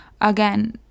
again